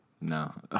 No